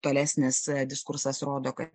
tolesnis diskursas rodo kad